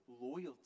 loyalty